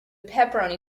pepperoni